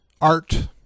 art